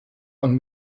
und